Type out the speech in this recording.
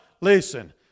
listen